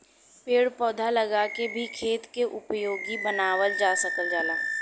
पेड़ पौधा लगा के भी खेत के उपयोगी बनावल जा सकल जाला